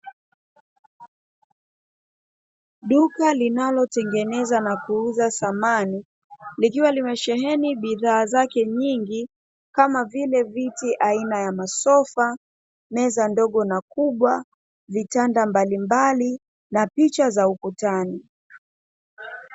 Duka linalotengeneza na kuuza samani likiwa limesheheni bidhaa zake nyingi kama vile viti aina ya masofa, meza ndogo na kubwa, vitanda mbalimbali na picha za ukutani.